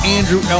Andrew